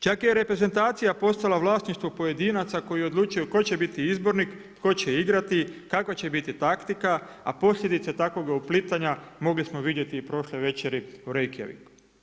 Čak je i reprezentacija postala vlasništvo pojedinaca koji odlučuju tko će biti izbornik, tko će igrati, kakva će biti taktika, a posljedica takvoga uplitanja mogli smo vidjeti i prošle večeri u Reykjaviku.